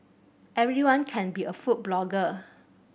everyone can be a food blogger